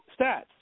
stats